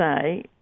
say